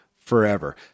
forever